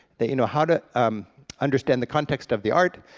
that you know how to understand the context of the art,